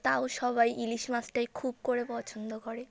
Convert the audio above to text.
তাও সবাই ইলিশ মাছটাই খুব করে পছন্দ করে